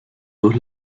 dos